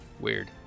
Weird